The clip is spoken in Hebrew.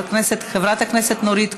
חברת הכנסת נורית קורן,